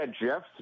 Jeff